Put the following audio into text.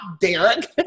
Derek